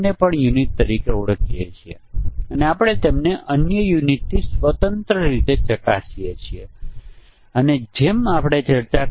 જ્યારે આપણી પાસે આ વિશિષ્ટ સેટિંગ હોય તો પછી અન્ય ઇનપુટ્સના મૂલ્યોના સેટિંગને ધ્યાનમાં લીધા વિના સમસ્યા સર્જાય છે